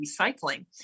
recycling